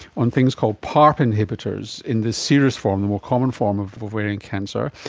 one thing is called parp inhibitors in this serous form, the more common form of ovarian cancer.